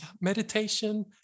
meditation